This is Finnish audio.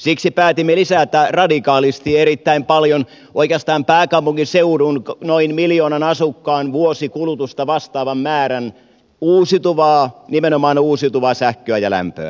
siksi päätimme lisätä radikaalisti erittäin paljon oikeastaan pääkaupunkiseudun noin miljoonan asukkaan vuosikulutusta vastaavan määrän uusiutuvaa nimenomaan uusiutuvaa sähköä ja lämpöä